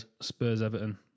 Spurs-Everton